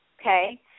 okay